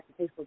Facebook